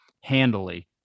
handily